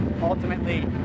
Ultimately